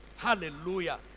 Hallelujah